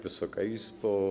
Wysoka Izbo!